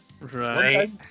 Right